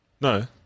No